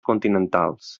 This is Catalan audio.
continentals